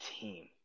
team